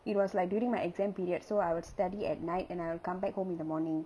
it was like during my exam period so I would study at night and I'll come back home in the morning